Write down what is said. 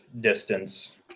distance